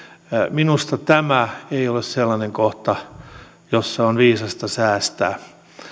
minusta tämä ei ole sellainen kohta jossa on viisasta säästää